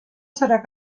serà